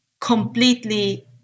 completely